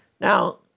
Now